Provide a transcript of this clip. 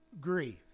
grief